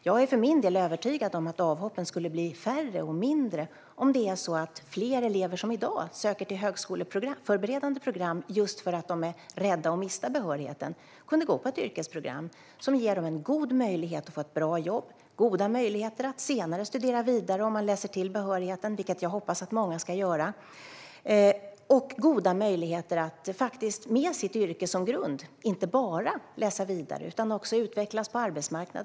Jag är för min del övertygad om att avhoppen skulle bli färre om fler elever som i dag söker till högskoleförberedande program just för att de är rädda att mista behörigheten kunde gå på ett yrkesprogram. Det ger dem en god möjlighet att få ett bra jobb och goda möjligheter att senare studera vidare om de läser till behörigheten, vilket jag hoppas att många ska göra. Det ger dem goda möjligheter att med sitt yrke som grund inte bara läsa vidare utan också utvecklas på arbetsmarknaden.